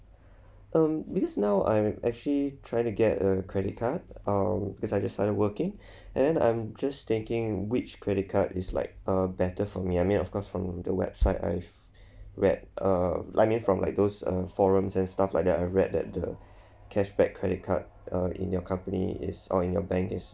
um miss now I'm actually trying get a credit card um because I just started working and then I'm just thinking which credit card is like uh better for me I mean of course from the website I've read uh I mean from like those um forums and stuff like that I've read that the cashback credit card uh in your company is or your bank is